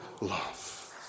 love